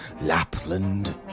Lapland